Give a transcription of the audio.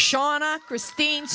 shauna christine